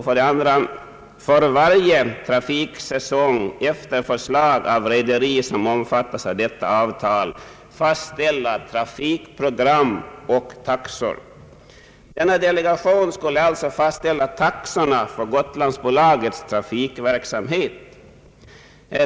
För det andra skulle delegationen för varje trafiksäsong efter förslag av rederi som omfattas av detta avtal fastställa trafikprogram och taxor. Denna delegation skulle alltså fastställa taxorna för Gotlandsbolagets trafikverksamhet.